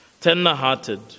tender-hearted